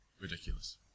ridiculous